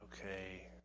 okay